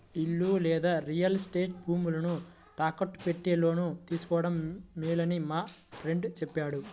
ఇల్లు లేదా real estate భూములను తాకట్టు పెట్టి లోను తీసుకోడం మేలని మా ఫ్రెండు చెప్పాడు